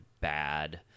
bad